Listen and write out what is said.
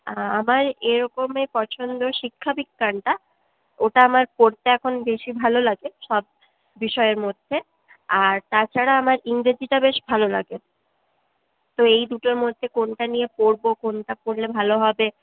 আমার এরকমই পছন্দ শিক্ষাবিজ্ঞানটা ওটা আবার পড়তে এখন বেশি ভালো লাগে সব বিষয়ের মধ্যে আর তাছাড়া আমার ইংরেজিটা বেশ ভালো লাগে তো এই দুটোর মধ্যে কোনটা নিয়ে পড়বো কোনটা কোনটা পড়লে ভালো হবে